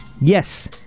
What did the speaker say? Yes